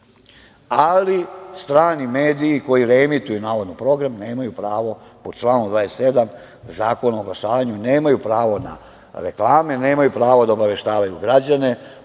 strani mediji koji reemituju navodno program nemaju pravo, po članu 27. Zakona o oglašavanju, na reklame, nemaju pravo da obaveštavaju građane